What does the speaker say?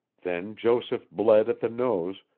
then joseph bled at the nose,